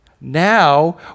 Now